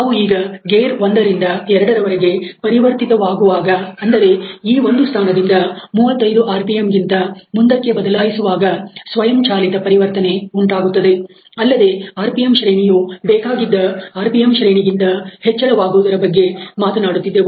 ನಾವು ಈಗ ಗೇರ್ ಒಂದ ರಿಂದ 2ರವರೆಗೆ ಪರಿವರ್ತಿತವಾಗುವಾಗ ಅಂದರೆ ಈ ಒಂದು ಸ್ಥಾನದಿಂದ 35 ಆರ್ ಪಿ ಎಂ ಗಿಂತ ಮುಂದಕ್ಕೆ ಬದಲಾಯಿಸುವಾಗ ಸ್ವಯಂ ಚಾಲಿತ ಪರಿವರ್ತನೆ ಉಂಟಾಗುತ್ತದೆ ಅಲ್ಲದೆ ಆರ್ಪಿಎಂ ಶ್ರೇಣಿಯು ಬೇಕಾಗಿದ್ದ ಆರ್ಪಿಎಂ ಶ್ರೇಣಿ ಗಿಂತ ಹೆಚ್ಚಳವಾಗುವುದರ ಬಗ್ಗೆ ಮಾತನಾಡುತ್ತಿದ್ದೆವು